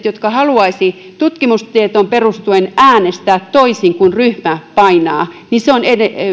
jotka haluaisivat tutkimustietoon perustuen äänestää toisin kuin ryhmä painaa se on